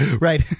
Right